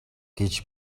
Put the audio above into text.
гэж